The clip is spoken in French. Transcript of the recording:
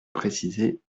préciser